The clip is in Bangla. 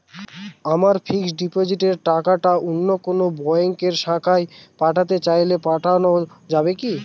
আমার ফিক্সট ডিপোজিটের টাকাটা অন্য কোন ব্যঙ্কের শাখায় পাঠাতে চাই পাঠানো যাবে কি?